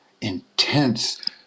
intense